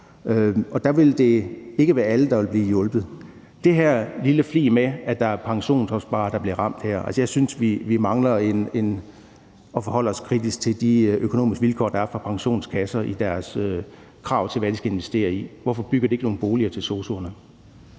og der ville det ikke være alle, der ville blive hjulpet. Til den her lille flig med, at der er pensionsopsparere, der bliver ramt her, vil jeg sige, at jeg synes, vi mangler at forholde os kritisk til de økonomiske vilkår, der er for pensionskasser, i forbindelse med de krav, der er til, hvad de skal investere i. Hvorfor bygger de ikke nogle boliger til sosu'erne?